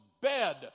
bed